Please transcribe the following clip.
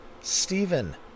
Stephen